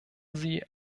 sie